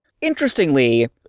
Interestingly